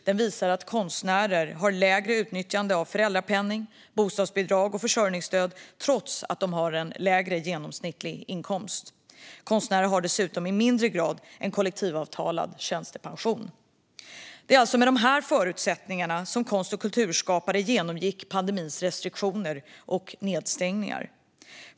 och visar att konstnärer har lägre utnyttjande av föräldrapenning, bostadsbidrag och försörjningsstöd trots att de har lägre genomsnittlig inkomst. Konstnärer har dessutom i mindre grad kollektivavtalad tjänstepension. Det var med dessa förutsättningar som konst och kulturskapare genomgick pandemins restriktioner och nedstängningar.